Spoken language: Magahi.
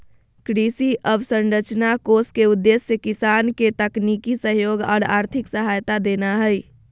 कृषि अवसंरचना कोष के उद्देश्य किसान के तकनीकी सहयोग आर आर्थिक सहायता देना हई